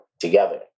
together